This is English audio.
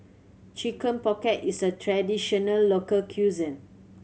Chicken Pocket is a traditional local cuisine